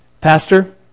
Pastor